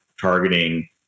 targeting